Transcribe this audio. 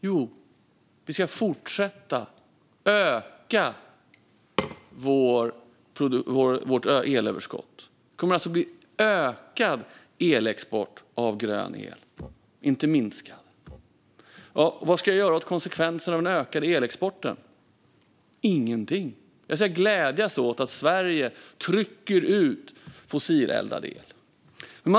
Jo, Sverige kommer att fortsätta att öka sitt elöverskott. Elexporten av grön el kommer alltså att öka, inte minska. Vad ska jag göra åt konsekvenserna av en ökad elexport? Ingenting. Jag ska glädjas åt att Sverige trycker bort fossileldad el.